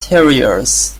terriers